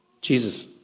Jesus